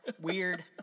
weird